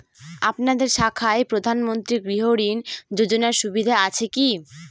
আপনাদের শাখায় প্রধানমন্ত্রী গৃহ ঋণ যোজনার সুবিধা আছে কি?